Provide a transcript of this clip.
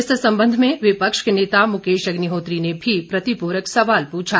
इस संबंध में विपक्ष के नेता मुकेश अग्निहोत्री ने भी प्रतिप्रक सवाल पूछे